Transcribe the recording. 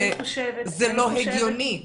זה לא הגיוני.